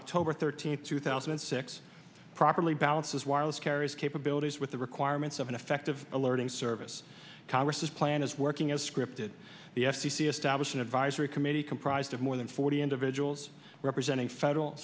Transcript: oct thirteenth two thousand and six properly balances wireless carriers capabilities with the requirements of an effective alerting service congress's plan is working as scripted the f c c established an advisory committee comprised of more than forty individuals representing federal